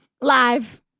Live